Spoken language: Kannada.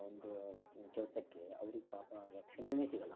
ಒಂದು ಕೆಲಸಕ್ಕೆ ಅವ್ರಿಗೆ ಪಾಪ ರಕ್ಷಣೆನೇ ಸಿಗಲ್ಲ